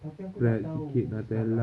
tapi aku tak tahu sekarang